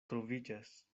troviĝas